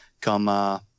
come